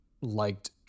liked